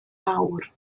mawr